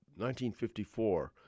1954